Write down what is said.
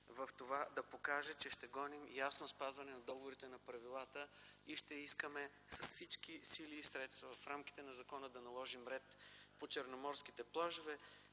и стремеж да покаже, че ще гоним ясно спазване на договорите, на правилата и ще искаме с всички сили и средства в рамките на закона да наложим ред по черноморските плажове.